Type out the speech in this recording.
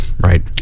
Right